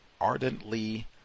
ardently